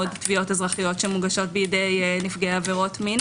תביעות אזרחיות שמוגשות בידי נפגעי עבירות מין